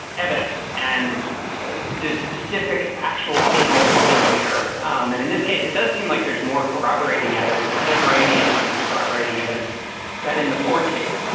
evidence and there's specific actual single claim here, um and in this case, it does seem like there's more corroborating evidence, contemporaneous corroborating evidence than in the ford case.